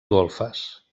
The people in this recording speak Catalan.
golfes